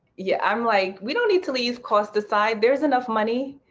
yeah, um like we don't need to leave cost aside. there's enough money.